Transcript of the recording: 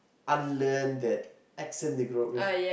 unlearn that accent they grow with